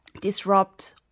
disrupt